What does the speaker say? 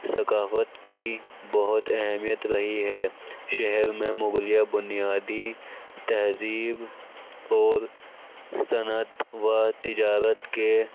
ثقافت کی بہت اہمیت رہی ہے شہر میں مغلیہ بنیادی تہذیب اور صنعت و تجارت کے